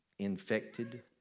Infected